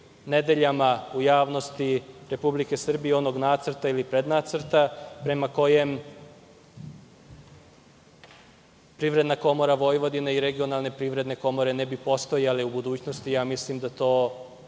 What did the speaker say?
nedeljama u javnosti Republike Srbije, onog nacrta ili prednacrta, prema kojem Privredna komora Vojvodine i regionalne privredne komore ne bi postojale u budućnosti. Mislim da bi